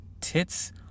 tits